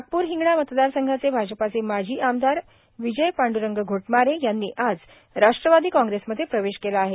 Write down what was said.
नागपूर हिंगणा मतदारसंघाचे भाजपाचे माजी आमदार विजय पांड्रंग घोटमारे यांनी आज राष्ट्रवादी काँग्रेसमध्ये प्रवेश केला आहे